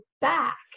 back